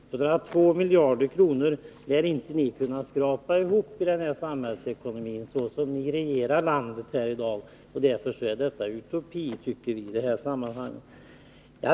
Några 2 miljarder kronor lär inte ni kunna skrapa ihop i det här samhällsekonomiska läget — såsom ni regerar landet i dag. Och därför tycker vi att det är en utopi.